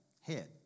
head